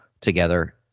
together